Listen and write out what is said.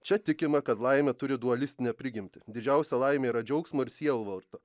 čia tikima kad laimė turi dualistinę prigimtį didžiausia laimė yra džiaugsmo ir sielvarto